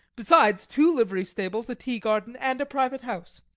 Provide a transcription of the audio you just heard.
besides two livery stables, a tea garden and a private house.